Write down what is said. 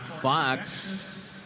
Fox